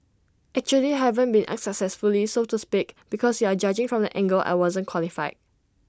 actually I haven't been unsuccessfully so to speak because you are judging from the angle I wasn't qualified